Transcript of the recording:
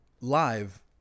live